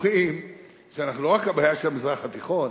ואומרים שאנחנו לא רק הבעיה של המזרח התיכון,